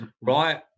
right